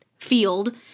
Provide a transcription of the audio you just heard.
Field